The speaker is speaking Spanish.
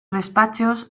despachos